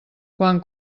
quan